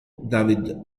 david